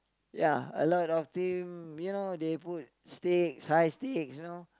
ya a lot of team you know they put stakes high stakes you know